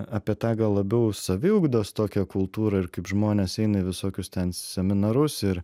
apie tą gal labiau saviugdos tokią kultūrą ir kaip žmonės eina į visokius ten seminarus ir